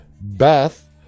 Beth